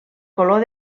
color